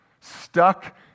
stuck